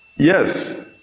Yes